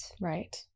right